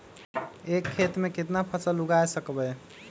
एक खेत मे केतना फसल उगाय सकबै?